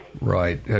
Right